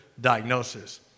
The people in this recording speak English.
diagnosis